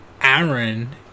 Aaron